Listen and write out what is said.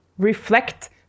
Reflect